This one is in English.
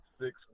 six